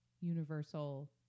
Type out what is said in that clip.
universal